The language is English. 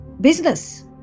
business